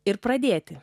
ir pradėti